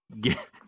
get